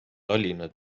tallinna